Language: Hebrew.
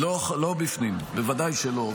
לא בפנים, בוודאי שלא.